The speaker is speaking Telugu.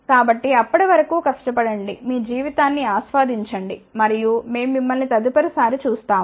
కాబట్టి అప్పటి వరకు కష్టపడండి మీ జీవితాన్ని ఆస్వాదించండి మరియు మేము మిమ్మల్ని తదుపరి సారి చూస్తాము